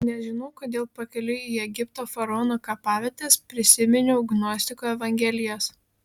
nežinau kodėl pakeliui į egipto faraonų kapavietes prisiminiau gnostikų evangelijas